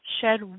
shed